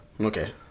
Okay